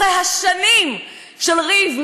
אחרי השנים של ריב,